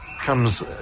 comes